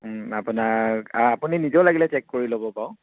আপোনাৰ আপুনি নিজেও লাগিলে চেক কৰি ল'ব বাৰু